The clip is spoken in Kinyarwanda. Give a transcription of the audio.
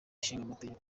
nshingamategeko